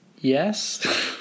Yes